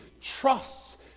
trusts